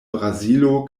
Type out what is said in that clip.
brazilo